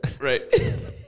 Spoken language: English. Right